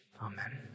amen